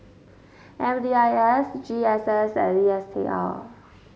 M D I S G S S and D S T A